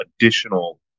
additional